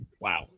Wow